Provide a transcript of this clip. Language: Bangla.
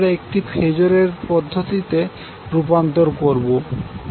আমরা এটি ফেজরের পদ্ধতিতে রূপান্তর করবো